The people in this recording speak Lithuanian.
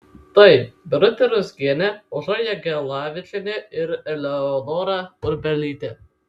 tai birutė ruzgienė aušra jagelavičienė ir eleonora urbelytė